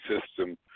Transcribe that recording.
system